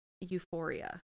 euphoria